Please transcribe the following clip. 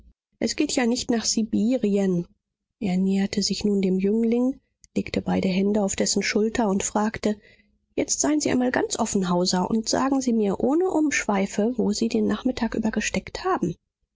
es geht ja nicht nach sibirien er näherte sich nun dem jüngling legte beide hände auf dessen schulter und fragte jetzt seien sie einmal ganz offen hauser und sagen sie mir ohne umschweife wo sie den nachmittag über gesteckt haben